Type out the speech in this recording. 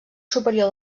superior